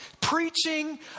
preaching